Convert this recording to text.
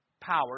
power